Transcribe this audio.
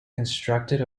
constructed